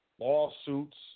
lawsuits